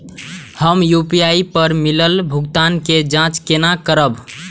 हम यू.पी.आई पर मिलल भुगतान के जाँच केना करब?